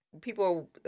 people